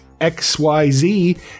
XYZ